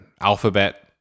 alphabet